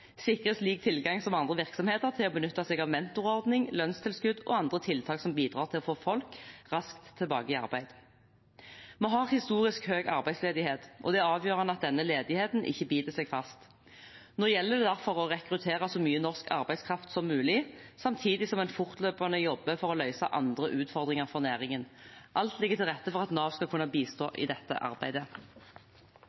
sikres lik tilgang som andre virksomheter til å benytte seg av mentorordning, lønnstilskudd og andre tiltak som bidrar til å få folk raskt tilbake i arbeid. Vi har historisk høy arbeidsledighet, og det er avgjørende at denne ledigheten ikke biter seg fast. Nå gjelder det derfor å rekruttere så mye norsk arbeidskraft som mulig, samtidig som en fortløpende jobber for å løse andre utfordringer for næringen. Alt ligger til rette for at Nav skal kunne bistå